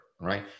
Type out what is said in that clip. right